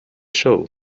show